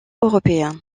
européens